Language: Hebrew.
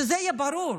שזה יהיה ברור,